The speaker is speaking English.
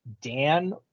dan